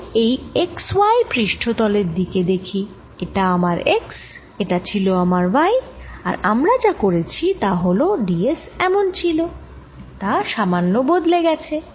তাই এই x y পৃষ্ঠ তলের দিকে দেখি এটা আমার X এটা ছিল আমার Y আর আমরা যা করেছি তা হল d s এমন ছিল তা সামান্য বদলে গেছে